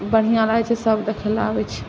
बढ़िआँ रहैत छै सभ देखय लेल आबैत छै